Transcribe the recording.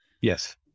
Yes